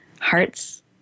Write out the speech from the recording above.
Hearts